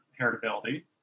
heritability